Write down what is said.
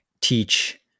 teach